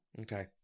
Okay